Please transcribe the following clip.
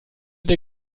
der